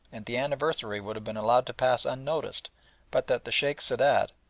and the anniversary would have been allowed to pass unnoticed but that the sheikh sadat,